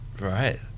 right